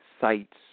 sites